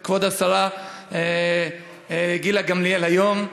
ואז כבוד השרה גילה גמליאל היום,